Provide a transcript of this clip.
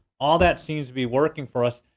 all that seems to be working for us.